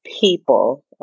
people